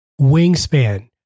Wingspan